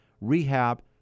rehab